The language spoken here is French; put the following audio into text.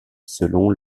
selon